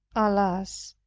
alas!